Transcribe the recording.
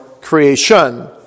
creation